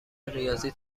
ریاضی